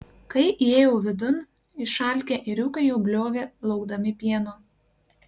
kai įėjau vidun išalkę ėriukai jau bliovė laukdami pieno